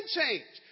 change